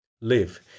Live